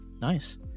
Nice